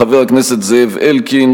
חבר הכנסת זאב אלקין,